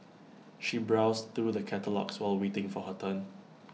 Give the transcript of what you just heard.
she browsed through the catalogues while waiting for her turn